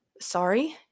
Sorry